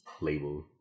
label